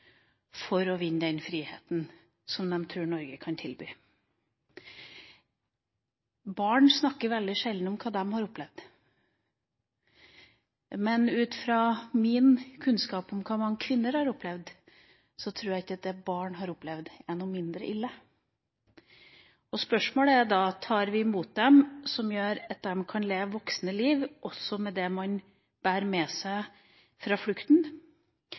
for å vinne den friheten de tror Norge kan tilby. Barn snakker veldig sjelden om hva de har opplevd. Ut fra min kunnskap om hva mange kvinner har opplevd, tror jeg ikke det barn har opplevd, er noe mindre ille. Spørsmålet er da: Tar vi imot dem på en sånn måte at de kan leve voksne liv, også med det de bærer med seg fra flukten?